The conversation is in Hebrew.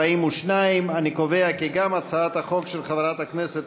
42. אני קובע כי גם הצעת החוק של חברת הכנסת